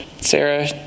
Sarah